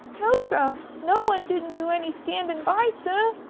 no, sir no one didn't do any standing by, sir.